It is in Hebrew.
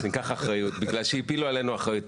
ניקח אחריות בגלל שהפילו עלינו אחריות.